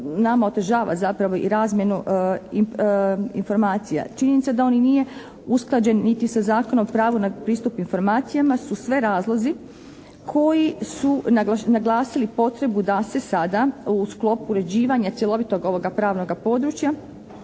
nama i otežava zapravo i razmjenu informacija. Činjenica da on i nije usklađen niti sa Zakonom o pravu na pristup informacijama su sve razlozi koji su naglasili potrebu da se sada u sklopu uređivanja cjelovitoga ovoga pravnoga područja